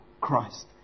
Christ